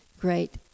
great